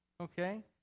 okay